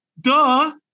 Duh